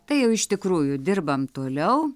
tai jau iš tikrųjų dirbam toliau